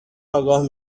آگاه